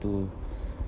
to